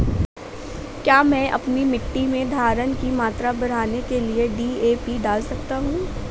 क्या मैं अपनी मिट्टी में धारण की मात्रा बढ़ाने के लिए डी.ए.पी डाल सकता हूँ?